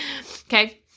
okay